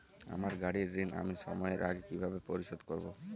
আমার গাড়ির ঋণ আমি সময়ের আগে কিভাবে পরিশোধ করবো?